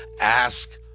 ask